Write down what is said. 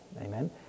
Amen